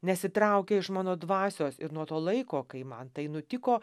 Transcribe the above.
nesitraukia iš mano dvasios ir nuo to laiko kai man tai nutiko